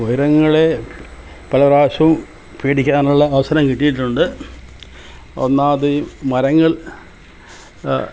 ഉയരങ്ങളെ പല പ്രാവശ്യവും പേടിക്കാനുള്ള അവസരം കിട്ടിയിട്ടുണ്ട് ഒന്നാമതീ മരങ്ങൾ